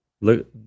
Look